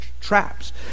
traps